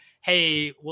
hey